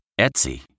Etsy